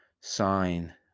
sign